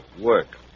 work